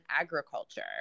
agriculture